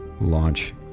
launch